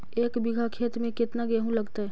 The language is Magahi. एक बिघा खेत में केतना गेहूं लगतै?